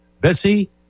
Bessie